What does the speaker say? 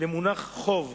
למונח "חוב"